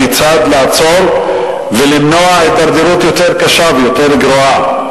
כיצד לעצור ולמנוע הידרדרות יותר קשה ויותר גרועה.